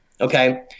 Okay